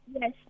yes